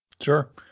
sure